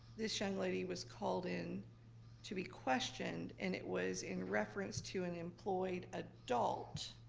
this young lady was called in to be questioned, and it was in reference to an employed adult,